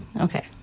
Okay